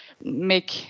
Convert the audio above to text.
make